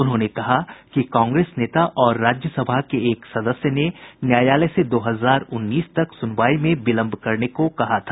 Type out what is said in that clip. उन्होंने कहा कि कांग्रेस नेता और राज्यसभा के एक सदस्य ने न्यायालय से दो हजार उन्नीस तक सुनवाई में विलंब करने को कहा था